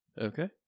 Okay